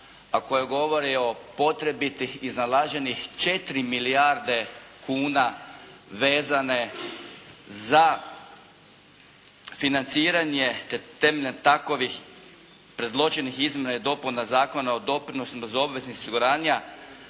a koja govori o potrebitih iznalaženih 4 milijarde kuna vezane za financiranje temeljem takovih predloženih izmjena i dopuna Zakona o doprinosima za obvezna osiguranja,